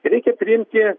reikia priimti